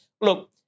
look